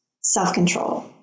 self-control